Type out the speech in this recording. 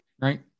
right